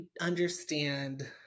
understand